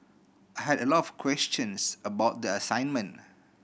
I had a lot of questions about the assignment